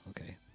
okay